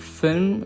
film